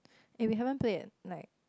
eh we haven't played yet like